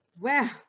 Wow